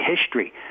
history